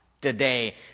Today